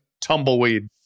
tumbleweed